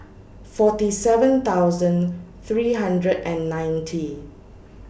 forty seven thousand three hundred and ninety